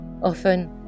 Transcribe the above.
Often